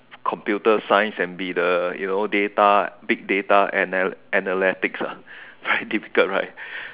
computer science and be the you know data big data anal~ analytics ah very difficult right